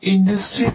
Industry 4